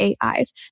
AIs